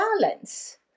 balance